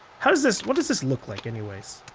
how does this, what does this look like anyways?